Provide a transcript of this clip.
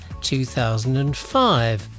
2005